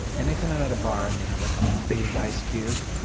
anytime i'm at a bar and they have like a big ice cube,